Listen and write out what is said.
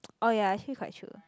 oh ya actually quite true